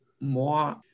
more